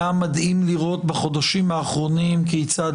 היה מדהים לראות בחודשים האחרונים כיצד